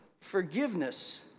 forgiveness